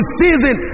season